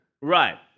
Right